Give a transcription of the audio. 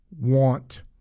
want